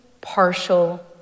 partial